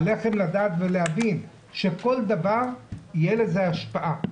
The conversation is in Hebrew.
עליכם לדעת ולהבין שלכל דבר תהיה השפעה.